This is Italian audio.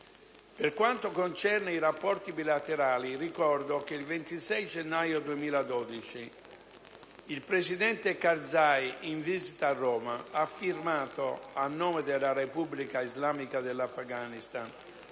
Per quanto concerne i rapporti bilaterali, ricordo che il 26 gennaio 2012 il presidente Karzai, in visita a Roma, ha firmato a nome della Repubblica islamica dell'Afghanistan